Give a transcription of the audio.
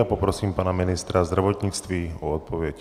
Poprosím pana ministra zdravotnictví o odpověď.